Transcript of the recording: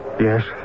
Yes